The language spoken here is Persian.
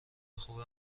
خوبه